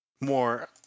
more